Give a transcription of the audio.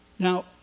Now